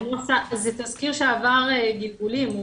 זה תזכיר שעבר גלגולים.